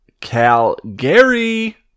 Calgary